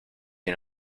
you